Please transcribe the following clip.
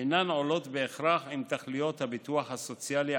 אינן עולות בהכרח עם תכליות הביטוח הסוציאלי,